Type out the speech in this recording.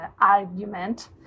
argument